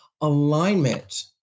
alignment